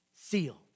seal